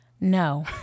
No